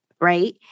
right